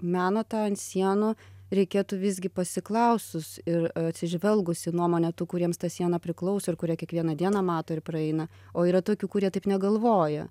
meną tą ant sienų reikėtų visgi pasiklausus ir atsižvelgus į nuomonę tų kuriems ta siena priklauso ir kurie kiekvieną dieną mato ir praeina o yra tokių kurie taip negalvoja